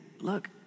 look